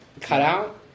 cutout